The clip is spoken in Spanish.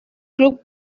club